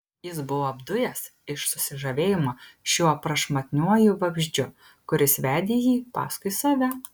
jis buvo apdujęs iš susižavėjimo šiuo prašmatniuoju vabzdžiu kuris vedė jį paskui save